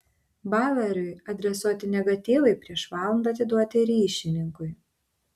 baueriui adresuoti negatyvai prieš valandą atiduoti ryšininkui